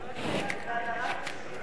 זה הדרת נשים.